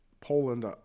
Poland